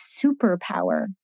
superpower